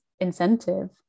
incentive